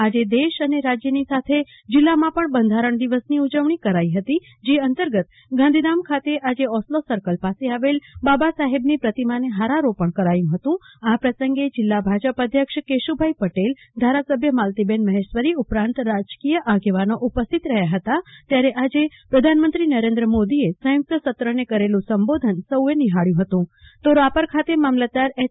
આજે દેશ અને રાજયની સાથે જિલ્લામાં પણ બંધારણ દિવસની ઉજવણી કરાઈ હતી જે અંતર્ગત ગાંધીધામ ખાતે આજે ઓસ્લો સર્કલ પાસે આવેલ બાબાસાહેબની પ્રતિમાને હારારોપણ કરાયુ હતું આ પ્રસંગે જિલ્લા ભાજપ અધ્યક્ષ કેશુભાઈ પટેલ ધારાસભ્ય માલતીબેન મહેશ્વરી ઉપરાંત રાજકીય આગેવાનો ઉપસ્થિત રહ્યા હતા ત્યારે આજે પ્રધાનમંત્રી નરેન્દ્ર મોદીએ સંયુક્ત સત્રને કરેલુ સંબોધન સૌએ નિફાળ્યુ હતું તો રાપર ખાતે મામલતદાર એય